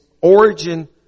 origin